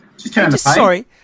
sorry